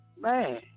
Man